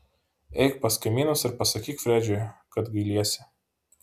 eik pas kaimynus ir pasakyk fredžiui kad gailiesi